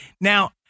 now